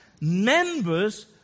members